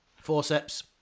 forceps